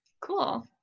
Cool